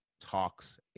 talks